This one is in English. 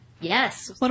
Yes